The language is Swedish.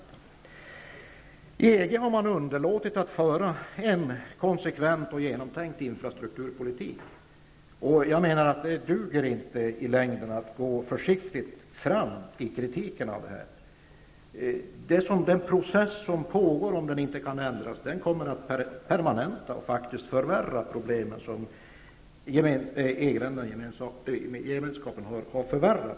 Inom EG har man underlåtit att föra en konsekvent och genomtänkt infrastrukturpolitik. Det duger inte i längden att gå försiktigt fram i sin kritik. Om inte den process som nu pågår ändras, kommer den att permanentas och förvärra problemen.